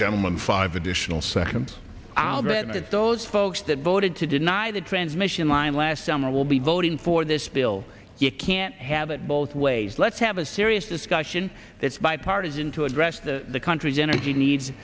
seconds i'll bet it's those folks that voted to deny the transmission line last summer will be voting for this bill you can't have it both ways let's have a serious discussion that's bipartisan to address the country's energy needs